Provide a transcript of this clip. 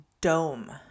dome